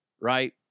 right